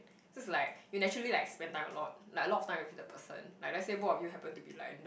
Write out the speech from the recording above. just like you naturally like spend time a lot like a lot time with the person like let say both of you happen to be like in the